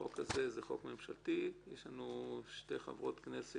החוק הזה הוא חוק ממשלתי, יש לנו שתי חברות כנסת